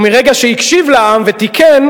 ומרגע שהקשיב לעם ותיקן,